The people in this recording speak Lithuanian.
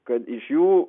kad iš jų